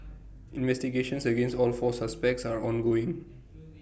investigations against all four suspects are ongoing